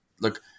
look